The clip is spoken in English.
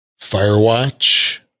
Firewatch